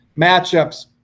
matchups